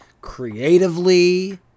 creatively